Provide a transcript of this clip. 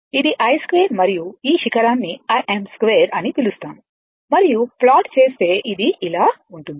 ఇది i2 మరియు ఈ శిఖరాన్ని Im2 అని పిలుస్తాము మరియు ప్లాట్ చేస్తే ఇది ఇలా ఉంటుంది